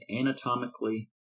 anatomically